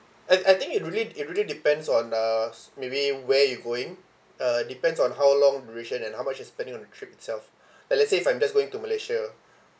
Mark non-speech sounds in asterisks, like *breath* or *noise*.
I I think it really it really depends on uh s~ maybe where you going uh depends on how long duration and how much you're spending on the trip itself *breath* like let's say if I'm just going to malaysia